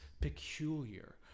peculiar